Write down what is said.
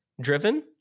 driven